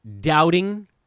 doubting